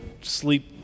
sleep